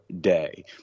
day